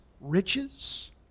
riches